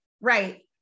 right